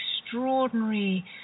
extraordinary